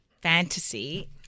Fantasy